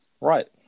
Right